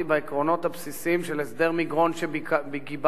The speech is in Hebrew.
בעקרונות הבסיסיים של הסדר מגרון שגיבשת,